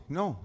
no